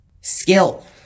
Skill